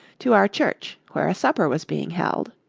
to our church where a supper was being held.